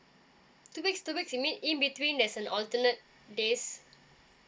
two weeks two weeks it means in between there's an alternate days